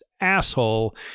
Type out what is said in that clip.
asshole